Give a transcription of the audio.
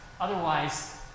Otherwise